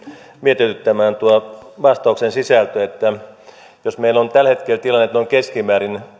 mietityttämään tuo vastauksen sisältö jos meillä on tällä hetkellä tilanne että noin keskimäärin